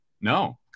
No